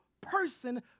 person